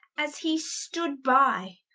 as he stood by,